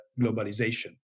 globalization